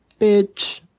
bitch